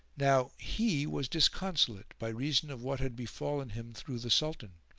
now he was disconsolate by reason of what had befallen him through the sultan,